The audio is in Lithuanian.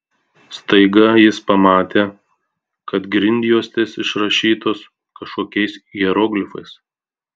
staiga jis pamatė kad grindjuostės išrašytos kažkokiais hieroglifais